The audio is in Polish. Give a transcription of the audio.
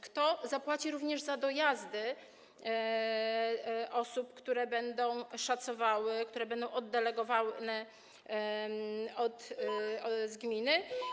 Kto zapłaci również za dojazdy osób, które będą szacowały, a które będą oddelegowane z gminy?